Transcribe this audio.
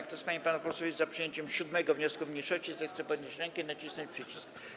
Kto z pań i panów posłów jest za przyjęciem 7. wniosku mniejszości, zechce podnieść rękę i nacisnąć przycisk.